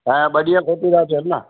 ऐं ॿ ॾींहं खोटी था थियनि न